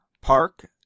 park